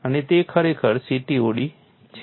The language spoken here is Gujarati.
અને તે ખરેખર CTOD છે